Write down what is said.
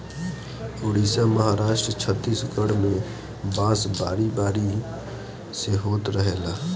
उड़ीसा, महाराष्ट्र, छतीसगढ़ में बांस बारी बारी से होत रहेला